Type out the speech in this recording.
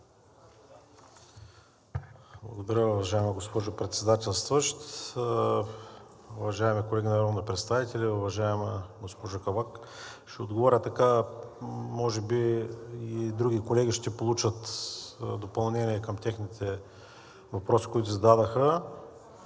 Благодаря Ви. Уважаема госпожо Председателстваща, уважаеми колеги народни представители! Уважаема госпожо Църенска, ще отговоря така, може би и други колеги ще получат допълнение към техните въпроси, които зададоха.